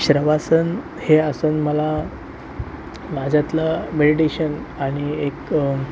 शवासन हे आसन मला माझ्यातलं मेडीटेशन आणि एक